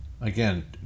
again